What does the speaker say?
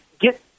get